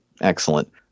excellent